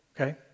Okay